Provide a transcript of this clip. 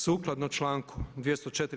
Sukladno članku 204.